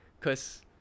Cause